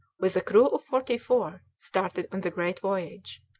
with a crew of forty-four, started on the great voyage.